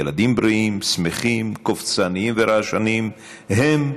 ילדים בריאים, שמחים, קופצניים ורעשנים הם,